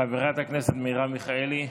חברת הכנסת מרב מיכאלי,